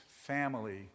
family